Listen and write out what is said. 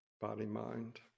body-mind